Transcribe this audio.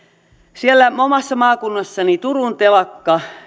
siellä omassa maakunnassani turun telakka